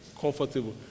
comfortable